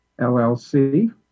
LLC